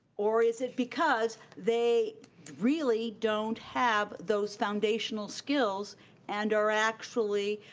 or is it because they really don't have those foundational skills and are actually?